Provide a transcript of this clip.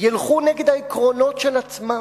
ילכו נגד העקרונות של עצמם,